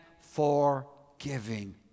forgiving